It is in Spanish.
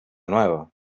nuevo